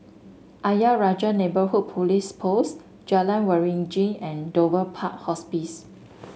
Ayer Rajah Neighbourhood Police Post Jalan Waringin and Dover Park Hospice